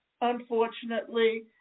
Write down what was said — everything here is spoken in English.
Unfortunately